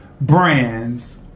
brands